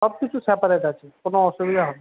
সবকিছু স্যাপারেট আছে কোনো অসুবিধা হবে না